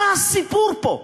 מה הסיפור פה?